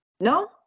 no